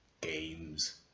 games